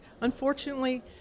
unfortunately